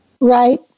right